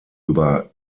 über